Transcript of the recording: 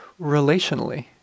relationally